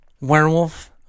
werewolf